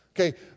Okay